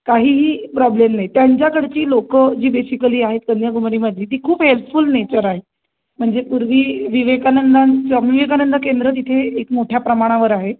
काहीही प्रॉब्लेम नाही त्यांच्याकडची लोक जी बेसिकली आहेत कन्याकुमारीमधली ती खूप हेल्पफूल नेचर आहे म्हणजे पूर्वी विवेकानंदां विवेकानंद केंद्र तिथे एक मोठ्या प्रमाणावर आहे